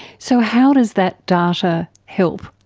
so how does that data help?